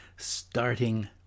starting